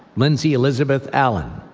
lindsey elizabeth allen.